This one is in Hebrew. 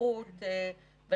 אתה